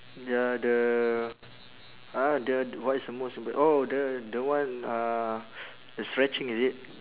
ya the uh the t~ what is the most impre~ oh the the one uh the stretching is it